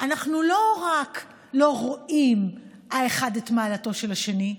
אנחנו לא רק לא רואים האחד את מעלתו של השני,